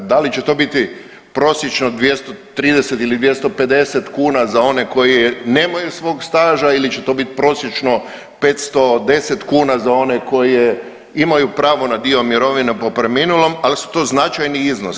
Da li će to biti prosječno 230 ili 250 kuna za one koji nemaju svog staža ili će to biti prosječno 510 kuna za one koji imaju pravo na dio mirovine po preminulom, ali su to značajni iznosi.